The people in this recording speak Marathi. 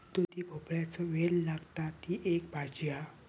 दुधी भोपळ्याचो वेल लागता, ती एक भाजी हा